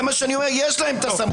זה מה שאני אומר, יש להם את הסמכות.